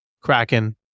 Kraken